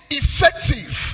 effective